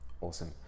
Awesome